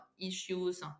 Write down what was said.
issues